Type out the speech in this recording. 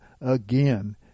again